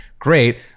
Great